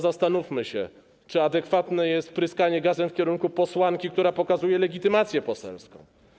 Zastanówmy się, czy adekwatne jest pryskanie gazem w kierunku posłanki, która pokazuje legitymację poselską.